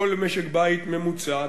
לכל משק-בית ממוצע,